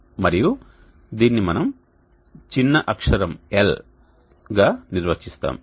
మరియు దీనిని మనం చిన్న అక్షరం l యల్ గా నిర్వచిస్తాము